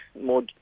more